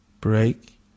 Break